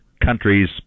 countries